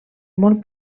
molt